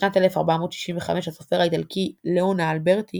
בשנת 1465, הסופר האיטלקי ליאונה אלברטי